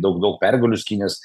daug daug pergalių skynęs